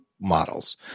Models